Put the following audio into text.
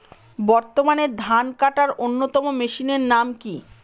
বর্তমানে ধান কাটার অন্যতম মেশিনের নাম কি?